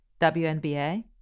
WNBA